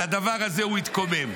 על הדבר הזה הוא התקומם.